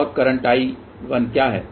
और I1 क्या है